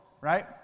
right